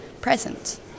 present